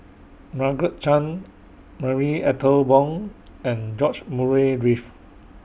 Margaret Chan Marie Ethel Bong and George Murray Reith